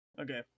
Okay